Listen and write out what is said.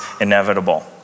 inevitable